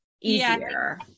easier